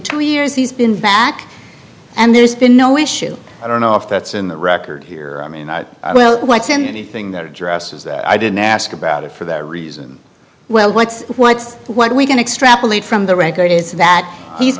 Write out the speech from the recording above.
two years he's been back and there's been no issue i don't know if that's in the record here i mean i well what's in anything that addresses that i didn't ask about it for that reason well what's what's what we can extrapolate from the record is that he's